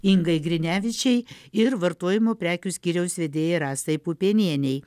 ingai grinevičei ir vartojimo prekių skyriaus vedėjai rasai pupienienei